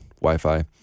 wi-fi